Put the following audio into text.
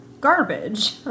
garbage